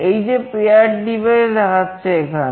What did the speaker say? এই যে "pair device" দেখাচ্ছে এখানে